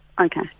Okay